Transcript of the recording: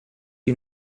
qui